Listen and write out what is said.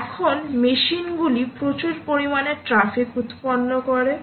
এখন মেশিন গুলি প্রচুর পরিমাণে ট্র্যাফিক উৎপন্ন করবে ট্র্যাফিক গ্রহণ করবে